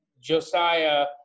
Josiah